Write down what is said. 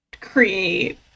create